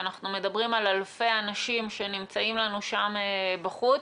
כשאנחנו מדברים על אלפי האנשים שנמצאים לנו שם בחוץ,